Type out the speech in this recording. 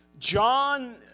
John